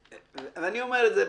הרי מה העניין?